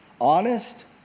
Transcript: Honest